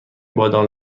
بادام